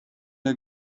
der